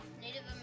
Native